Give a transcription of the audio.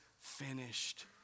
finished